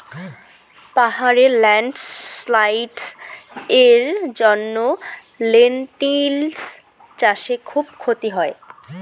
পাহাড়ে ল্যান্ডস্লাইডস্ এর জন্য লেনটিল্স চাষে খুব ক্ষতি হয়